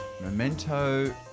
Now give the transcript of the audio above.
memento